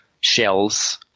shells